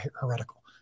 heretical